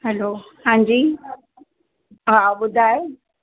hello हां जी हा ॿुधाए